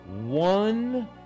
One